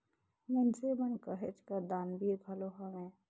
मइनसे मन कहेच कर दानबीर घलो हवें